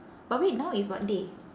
but wait now is what day